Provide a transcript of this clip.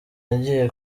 yagiye